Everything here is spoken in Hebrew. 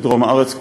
לדרום הארץ כולה,